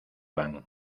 van